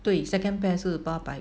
对 second pair 是八百